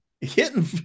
Hitting